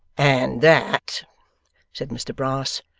and that said mr brass,